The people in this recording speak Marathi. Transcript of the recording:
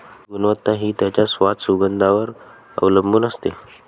चहाची गुणवत्ता हि त्याच्या स्वाद, सुगंधावर वर अवलंबुन असते